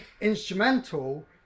instrumental